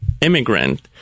immigrant